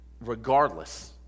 regardless